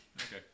Okay